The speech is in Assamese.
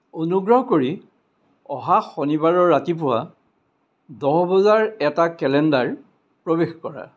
অনুগ্ৰহ কৰি অহা শনিবাৰৰ ৰাতিপুৱা দহ বজাৰ এটা কেলেণ্ডাৰ প্ৰৱেশ কৰা